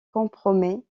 compromet